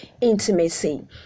intimacy